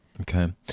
Okay